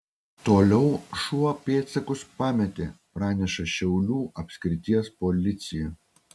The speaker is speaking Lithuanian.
toliau šuo pėdsakus pametė praneša šiaulių apskrities policija